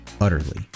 utterly